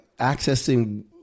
accessing